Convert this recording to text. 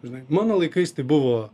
žinai mano laikais tai buvo